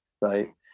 right